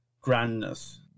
grandness